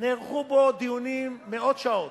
נערכו בו דיונים מאות שעות.